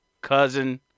cousin